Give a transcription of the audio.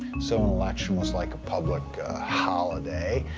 so an election was like a public holiday.